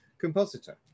compositor